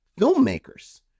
filmmakers